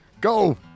Go